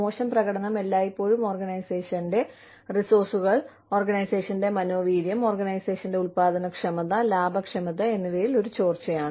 മോശം പ്രകടനം എല്ലായ്പ്പോഴും ഓർഗനൈസേഷന്റെ വിഭവങ്ങൾ ഓർഗനൈസേഷന്റെ മനോവീര്യം ഓർഗനൈസേഷന്റെ ഉൽപ്പാദനക്ഷമത ലാഭക്ഷമത എന്നിവയിൽ ഒരു ചോർച്ചയാണ്